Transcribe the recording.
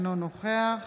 אינו נוכח